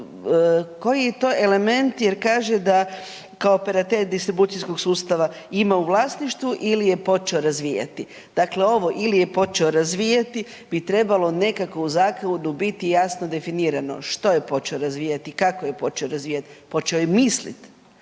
koji je to element jer kaže da kao operater distribucijskog sustava ima u vlasništvu ili je počeo razvijati. Dakle ovo ili je počeo razvijati bi trebalo nekako u zakonu biti jasno definirano što je počeo razvijati i kako je počeo razvijat, počeo je mislit